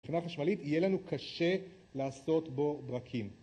מבחינה חשמלית, יהיה לנו קשה לעשות בו ברקים